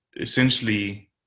essentially